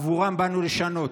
עבורם באנו לשנות,